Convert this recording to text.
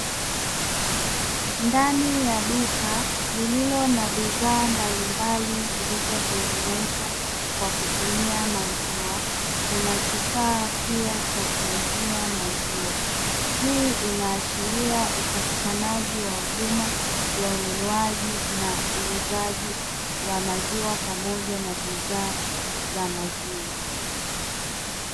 Ndani ya duka lililo na bidhaa mbalimbali zilizotengenezwa kwa kutumia maziwa kuna kifaa pia cha kuuzia maziwa ,hii inaashiria upatikanaji wa huduma ya ununuaji na uuzaji wa waziwa pamoja na bidhaa za maziwa .